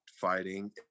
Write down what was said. fighting